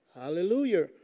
hallelujah